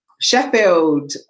Sheffield